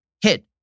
hit